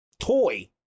toy